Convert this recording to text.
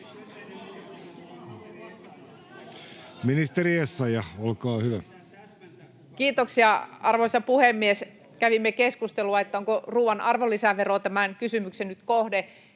Ministeri Essayah, olkaa hyvä. Kiitoksia, arvoisa puhemies! Kävimme keskustelua, onko tämän kysymyksen kohde